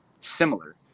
similar